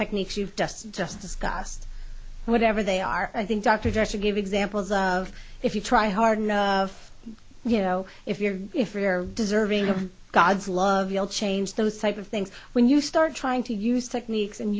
techniques you've just just discussed whatever they are i think dr jasser give examples of if you try hard enough of you know if you're if you're deserving of god's love you all change those type of things when you start trying to use techniques and